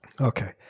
Okay